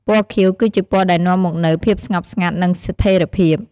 ពណ៌ខៀវ គឺជាពណ៌ដែលនាំមកនូវ ភាពស្ងប់ស្ងាត់ និង ស្ថេរភាព។